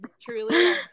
truly